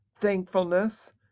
thankfulness